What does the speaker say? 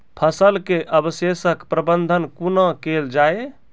फसलक अवशेषक प्रबंधन कूना केल जाये?